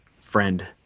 friend